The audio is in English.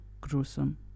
gruesome